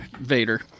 Vader